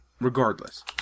regardless